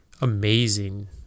amazing